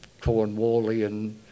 Cornwallian